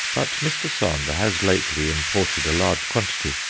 but mr. sander has lately imported a large quantity.